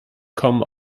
kommen